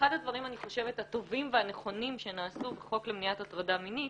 אחד הדברים הטובים והנכונים שנעשו בחוק למניעת הטרדה מינית